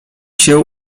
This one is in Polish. się